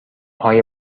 های